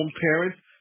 parents